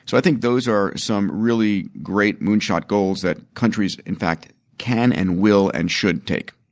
so i think those are some really great moon shot goals that countries in fact can and will and should take.